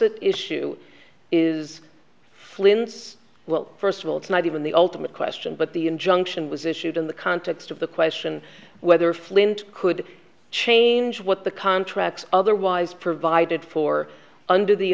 what's at issue is flints well first of all it's not even the ultimate question but the injunction was issued in the context of the question whether flint could change what the contracts otherwise provided for under the